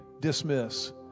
dismiss